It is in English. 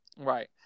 right